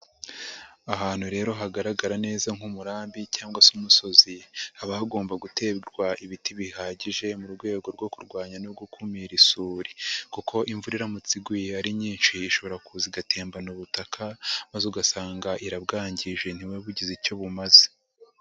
Ahantu rero hagaragara neza nk'umurambi cyangwa se umusozi ,haba hagomba guterwa ibiti bihagije, mu rwego rwo kurwanya no gukumira isuri, kuko imvura iramutse iguye ari nyinshi ishobora kuza igatembana ubutaka, maze ugasanga irabwangije ntibube bugize icyo bumaze.